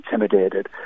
intimidated